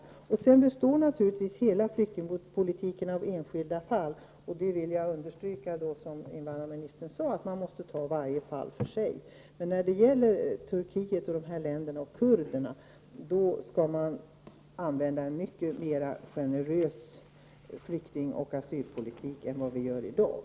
Hela flyktingpolitiken består naturligtvis av enskilda fall, och jag vill understryka, som invandrarministern sade, att varje fall måste behandlas för sig. Men när det gäller kurderna från Turkiet och de andra länderna skall man använda en mycket mera generös flyktingoch asylpolitik än den man har i dag.